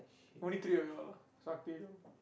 only three of you all ah sakti